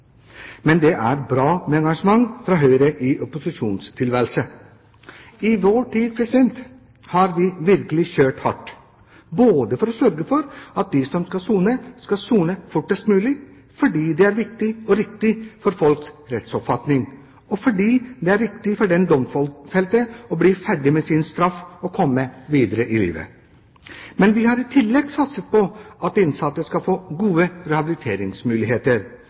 Men det er bra med engasjement fra Høyre i partiets opposisjonstilværelse. I vår tid har vi virkelig kjørt hardt på, både for å sørge for at de som skal sone, skal sone fortest mulig fordi det er viktig og riktig for folks rettsoppfatning, og fordi det er riktig for den domfelte å bli ferdig med sin straff og komme videre i livet. Vi har i tillegg satset på at de innsatte skal få gode rehabiliteringsmuligheter.